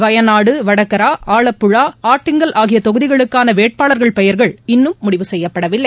வயநாடு வடகரா ஆலப்புழா ஆட்டிங்கல் ஆகியதொகுதிகளுக்கானவேட்பாளர்கள் பெயர்கள் இன்னும் முடிவு செய்யப்படவில்லை